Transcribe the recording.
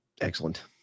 Excellent